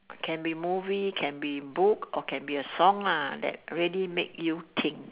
can be movie can be book or can be a song lah that really make you think